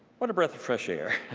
what a breath of fresh air.